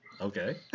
Okay